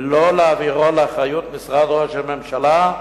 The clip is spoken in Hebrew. ולא להעבירו לאחריות משרד ראש הממשלה,